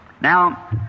Now